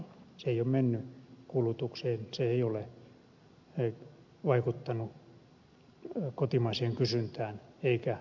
se ei ole mennyt kulutukseen se ei ole vaikuttanut kotimaiseen kysyntään eikä parantanut työllisyyttä